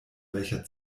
welcher